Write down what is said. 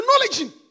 acknowledging